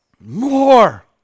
More